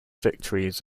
victories